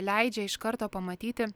leidžia iš karto pamatyti